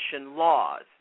laws